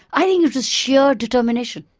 i think it was just sheer determination.